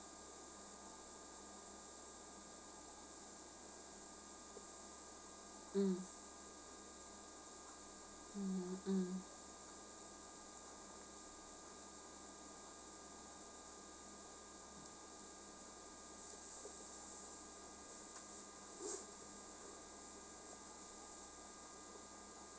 mm mmhmm mm